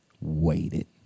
waited